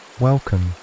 Welcome